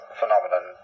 phenomenon